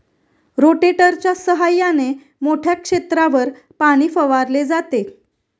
रोटेटरच्या सहाय्याने मोठ्या क्षेत्रावर पाणी फवारले जाते